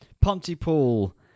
Pontypool